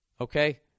Okay